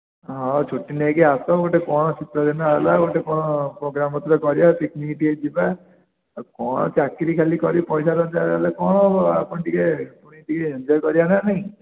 ହଉ ଛୁଟି ନେଇକି ଆସ ଗୋଟେ କ'ଣ ଶୀତଦିନ ହେଲା ଗୋଟେ କ'ଣ ପ୍ରୋଗ୍ରାମ୍ ପତ୍ର କରିବା ପିକ୍ନିକ୍ ଟିକେ ଯିବା ଆଉ କ'ଣ ଚାକିରି ଖାଲି କରି ପଇସା ରୋଜଗାର କଲେ କ'ଣ ହବ ଆପଣ ଟିକେ ପୁଣି ଟିକେ ଏନଞ୍ଜୟ କରିବା ନା ନାହିଁ